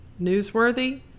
newsworthy